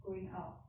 going out